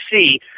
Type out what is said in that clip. see